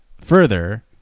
further